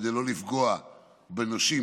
כדי לא לפגוע בנושים,